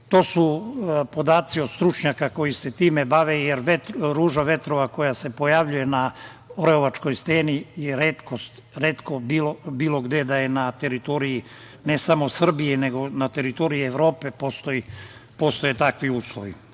To su podaci od stručnjaka koji se time bave, jer ruža vetrova koja se pojavljuje na Oreovačkoj steni je retkost, retko bilo gde da je na teritoriji ne samo Srbije nego na teritoriji Evrope. Cerjanska